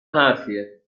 حرفیه